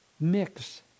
mix